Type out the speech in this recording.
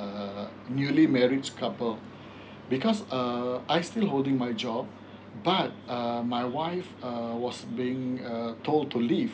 um newly married couple because um I still holding my job but um my wife uh was being uh told to leave